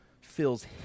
feels